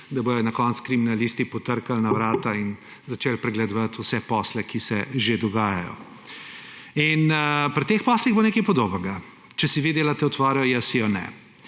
da bojo na koncu kriminalisti potrkali na vrata in začeli pregledovati vse posle, ki se že dogajajo. In pri teh poslih bo nekaj podobnega. Če si vi delate utvaro, jaz si je ne,